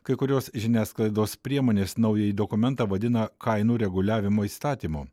kai kurios žiniasklaidos priemonės naująjį dokumentą vadina kainų reguliavimo įstatymu